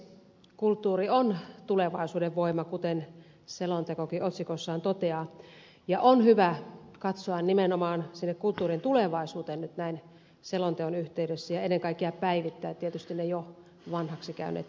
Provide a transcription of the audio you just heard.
kulttuuri on tulevaisuuden voima kuten selontekokin otsikossaan toteaa ja on hyvä katsoa nimenomaan sinne kulttuurin tulevaisuuteen nyt näin selonteon yhteydessä ja ennen kaikkea päivittää tietysti ne jo vanhaksi käyneet linjaukset